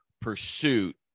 pursuit